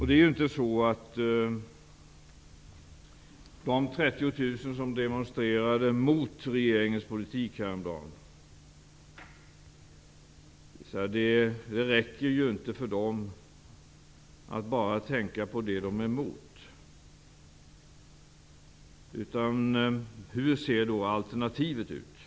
Det räcker inte för de 30 000 som demonstrerade mot regeringens politik att bara tänka på det som de är emot. De måste också tänka på hur alternativet ser ut.